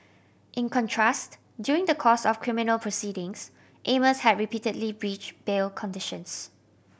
in contrast during the course of criminal proceedings Amos had repeatedly breach bail conditions